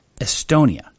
Estonia